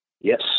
Yes